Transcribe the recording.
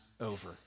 over